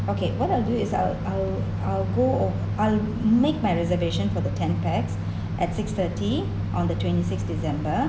okay what I'll do is I'll I'll I'll go I'll make my reservation for the ten pax at six thirty on the twenty sixth december